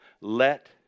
Let